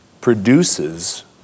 produces